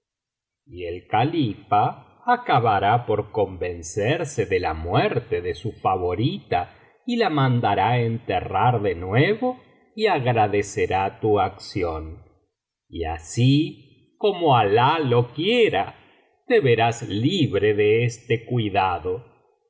y el califa acabará por convencerse de la muerte de su favorita y la mandará enterrar de biblioteca valenciana generalitat valenciana historia de ghanem y fetnah nuevo y agradecerá tu acción y así como alan lo quiera te verás libre de este cuidado